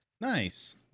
nice